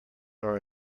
are